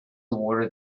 awarded